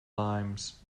limes